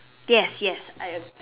yes yes I agree